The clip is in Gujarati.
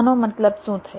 આનો મતલબ શું થયો